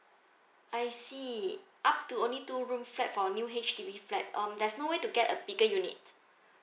I see up to only two room flat for new H_D_B flat um there's no way to get a bigger unit